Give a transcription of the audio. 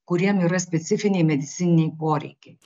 kuriem yra specifiniai medicininiai poreikiai